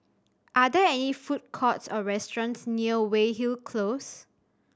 are there any food courts or restaurants near Weyhill Close